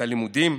את הלימודים.